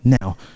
now